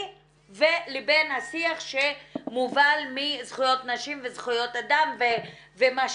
ובין השיח שמובל מזכויות נשים וזכויות אדם ומה שתרצי.